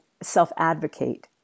self-advocate